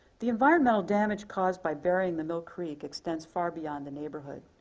the environmental damage caused by burying the mill creek extends far beyond the neighborhood.